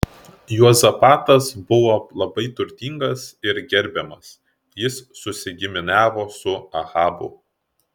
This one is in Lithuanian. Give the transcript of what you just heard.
juozapatas buvo labai turtingas ir gerbiamas jis susigiminiavo su ahabu